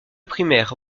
primaire